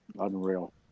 Unreal